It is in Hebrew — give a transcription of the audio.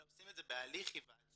אלא עושים את זה בהליך היוועצות,